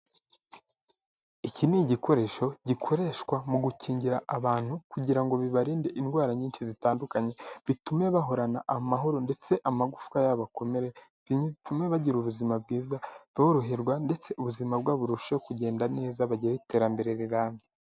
Iki ni igikoresho gikoreshwa mu gukingira abantu kugira ngo bibarinde indwara nyinshi zitandukanye bitume bahorana amahoro ndetse amagufwa yabo akomere bitume bagira ubuzima bwiza boroherwa ndetse ubuzima bwabo burusheho kugenda neza bagire iterambere rirambye.